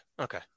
Okay